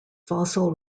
fossil